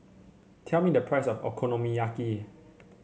tell me the price of Okonomiyaki